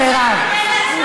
תראו,